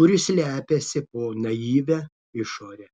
kuri slepiasi po naivia išore